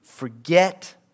Forget